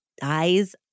dies